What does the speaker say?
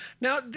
Now